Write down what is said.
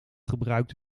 gebruikt